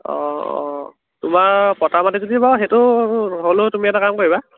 অঁ অঁ তোমাৰ পটা মাটি যদি বাৰু সেইটো হ'লেও তুমি এটা কাম কৰিবা